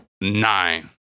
Nine